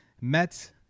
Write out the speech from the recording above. Met